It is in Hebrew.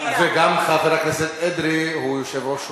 וגם חבר הכנסת אדרי הוא יושב-ראש,